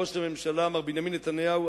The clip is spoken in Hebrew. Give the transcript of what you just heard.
ראש הממשלה מר בנימין נתניהו,